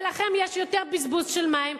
ולכם יש יותר בזבוז של מים,